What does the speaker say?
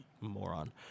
moron